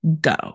go